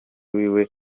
wiwe